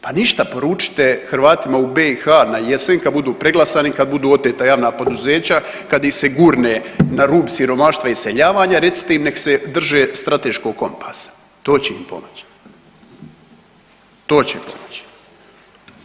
Pa ništa, poručite Hrvatima u BiH na jesen kad budu preglasani, kad budu oteta javna poduzeća, kad ih se gurne na rub siromaštva i iseljavanja, recite im da se drže strateškog kompasa, to će im pomoći, to će im pomoći.